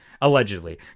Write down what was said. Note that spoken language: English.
allegedly